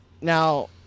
Now